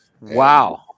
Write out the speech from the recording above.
Wow